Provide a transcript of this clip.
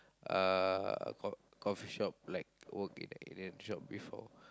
uh co~ coffee shop like work in that job before